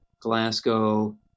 Glasgow